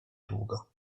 długo